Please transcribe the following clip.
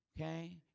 Okay